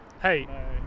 Hey